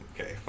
okay